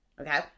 Okay